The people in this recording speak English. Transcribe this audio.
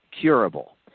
curable